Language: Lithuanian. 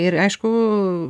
ir aišku